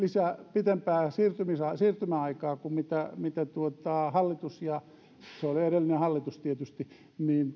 pitempää siirtymäaikaa kuin mitä mitä hallitus ja se oli edellinen hallitus tietysti